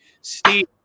Steve